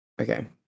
Okay